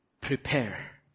prepare